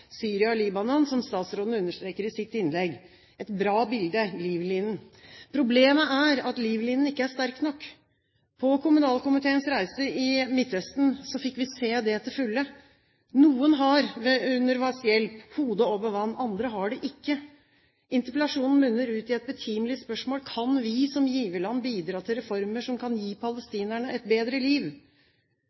Syria og Libanon», som statsråden understreker i sitt innlegg – et bra bilde, livlinen. Problemet er at livlinen ikke er sterk nok. På kommunalkomiteens reise i Midtøsten fikk vi se det til fulle. Noen har ved UNRWAs hjelp hodet over vann, andre har det ikke. Interpellasjonen munner ut i et betimelig spørsmål: Kan vi som giverland bidra til reformer som kan gi palestinerne et bedre liv?